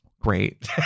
Great